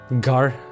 Gar